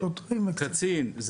קצין,